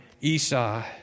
Esau